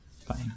Fine